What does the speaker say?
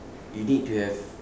you need to have